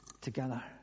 together